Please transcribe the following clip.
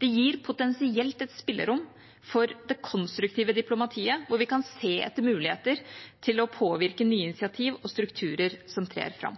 Det gir potensielt et spillerom for det konstruktive diplomatiet, der vi skal se etter muligheter til å påvirke nye initiativ og strukturer som trer fram.